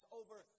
over